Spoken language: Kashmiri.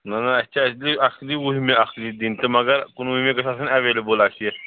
نہَ نہَ اَسہِ چھِ اَصلی اَصلی وُہمہِ اَصلی دِنۍ تہٕ مگر کُنوُہمہِ گٔژِھ آسٕنۍ ایٚویلیبُل اَسہِ یہِ